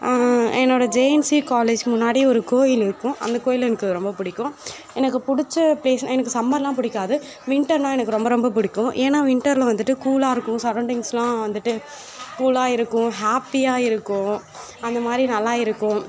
என்னோடய JNC college முன்னாடி ஒரு கோயில் இருக்கும் அந்த கோயில் எனக்கு ரொம்ப பிடிக்கும் எனக்கு பிடிச்ச ப்ளேஸ் எனக்கு சம்மர்லாம் பிடிக்காது வின்டர்னால் எனக்கு ரொம்ப ரொம்ப பிடிக்கும் ஏன்னா வின்டர்ல வந்துட்டு கூலாக இருக்கும் சாரோன்டிங்ஸ்லாம் வந்துட்டு கூலாக இருக்கும் ஹாப்பியாக இருக்கும் அந்தமாதிரி நல்லா இருக்கும்